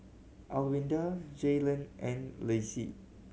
Alwilda Jaylen and Lacie